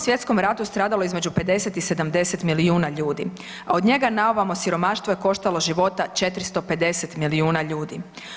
Svjetskom ratu stradalo je između 50 i 70 milijuna ljudi, a od njega naovamo siromaštvo je koštalo života 450 milijuna ljudi.